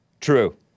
True